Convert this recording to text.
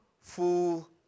full